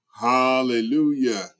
hallelujah